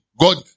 God